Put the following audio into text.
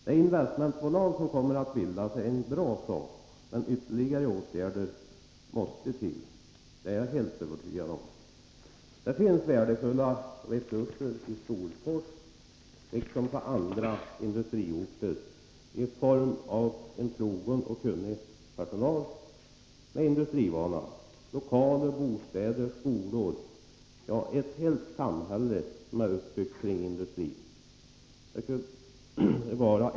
Det investmentbolag som kommer att bildas är något bra, men ytterligare åtgärder måste till — det är jag helt övertygad om. Det finns värdefulla resurser i Storfors, liksom på andra industriorter, i form av trogen och kunnig personal med industrivana, lokaler, bostäder, skolor, ja ett helt samhälle uppbyggt kring industrin.